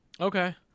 Okay